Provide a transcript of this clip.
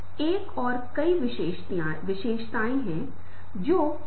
अधिक अस्पष्टता अधिक भ्रम प्रश्नों की संख्या अधिक होना और बाद में खराब प्रस्तुति पर आधारित होना